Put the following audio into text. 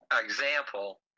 example